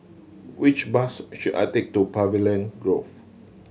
which bus should I take to Pavilion Grove